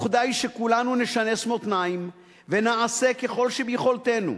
וכדאי שכולנו נשנס מותניים ונעשה ככל שביכולתנו